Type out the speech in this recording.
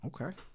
Okay